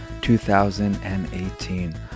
2018